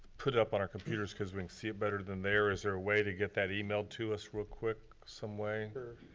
put up on our computers cause we can see it better than there. is there a way to get that email to us real quick some way? sure.